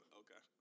okay